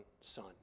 son